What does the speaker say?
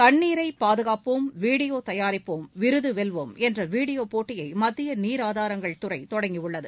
தண்ணீரை பாதுகாப்போம் வீடியோ தயாரிப்போம் விருது வெல்வோம் என்ற வீடியோ போட்டியை மத்திய நீர் ஆதாரங்கள் துறை தொடங்கியுள்ளது